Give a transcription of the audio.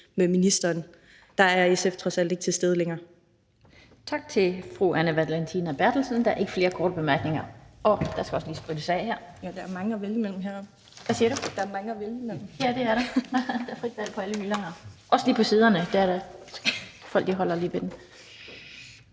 med ministeren. Der er SF trods alt ikke til stede længere.